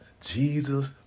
Jesus